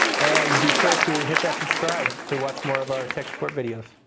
and be sure to hit that subscribe to watch more of our tech support videos.